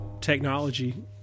technology